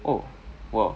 oh !wow!